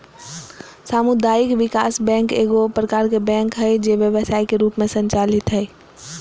सामुदायिक विकास बैंक एगो प्रकार के बैंक हइ जे व्यवसाय के रूप में संचालित हइ